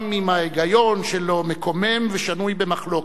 גם אם ההיגיון שלו מקומם ושנוי במחלוקת.